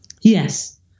Yes